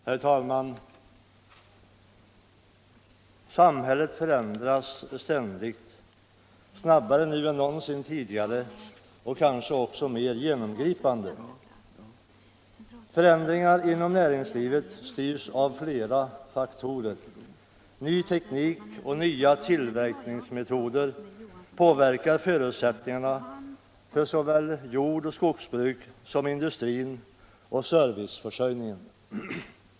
Herr talman! Samhället förändras ständigt, snabbare nu än någonsin tidigare och kanske också mer genomgripande. Förändringarna inom näringslivet styrs av flera faktorer. Ny teknik och nya tillverkningsmetoder påverkar förutsättningarna för såväl jordoch skogsbruket som industrin och : serviceförsörjningen.